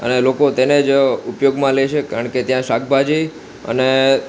અને લોકો તેને જ ઉપયોગમાં લે છે કારણ કે ત્યાં શાકભાજી અને